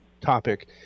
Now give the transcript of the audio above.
topic